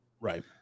Right